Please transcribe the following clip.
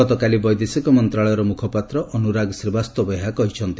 ଗତକାଲି ବୈଦେଶିକ ମନ୍ତ୍ରାଳୟର ମୁଖପାତ୍ର ଅନୁରାଗ ଶ୍ରୀବାସ୍ତବ ଏହା କହିଛନ୍ତି